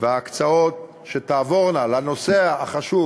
וההקצאות שתעבורנה לנושא החשוב